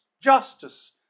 Justice